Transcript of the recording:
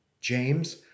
James